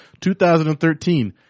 2013